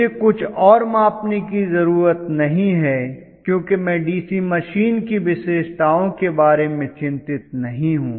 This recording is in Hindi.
मुझे कुछ और मापने की जरूरत नहीं है क्योंकि मैं डीसी मशीन की विशेषताओं के बारे में चिंतित नहीं हूं